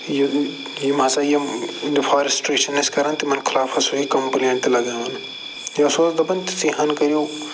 یہِ یِم ہَسا یِم ڈِفاریسٹرٛیشَن ٲسۍ کران تِمَن خلاف ہَسا چھُ یہِ کمپٕلین تہِ لگاوان یہِ ہَسا اوس دَپان تِژٕے ہن کٔرِو